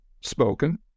spoken